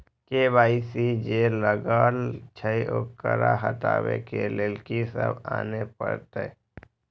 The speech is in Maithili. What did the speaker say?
के.वाई.सी जे लागल छै ओकरा हटाबै के लैल की सब आने परतै?